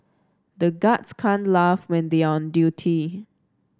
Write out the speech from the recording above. the guards can't laugh when they are on duty